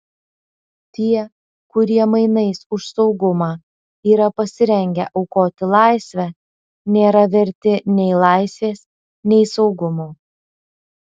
tie kurie mainais už saugumą yra pasirengę aukoti laisvę nėra verti nei laisvės nei saugumo